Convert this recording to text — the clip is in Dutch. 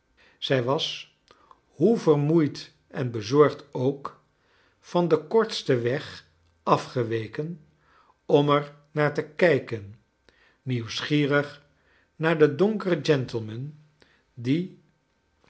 zij was hoc vermoeid en bezorgd ook van den kortsten weg afgeweken om er naar te kijken nieuwsgierig naar dien donkeren gentleman die